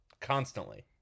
Constantly